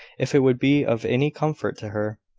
if it would be of any comfort to her.